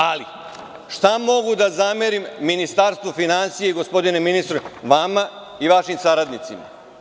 Ali, šta mogu da zamerim Ministarstvu finansija i, gospodine ministre, vama i vašim saradnicima?